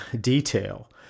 detail